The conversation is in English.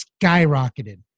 skyrocketed